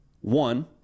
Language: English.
One